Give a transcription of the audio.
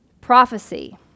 Prophecy